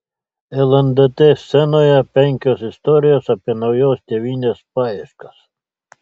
lndt scenoje penkios istorijos apie naujos tėvynės paieškas